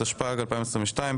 התשפ"ג-2022,